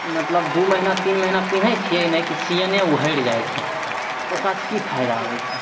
मतलब दू महीना तीन महीना पिनहै छियै नहि कि सियेने ऊघैर जाइ छै तऽ ओकरासँ की फायदा होइ छै